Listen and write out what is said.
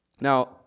Now